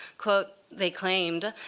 quote, they claimed,